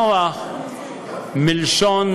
נח מלשון